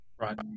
Right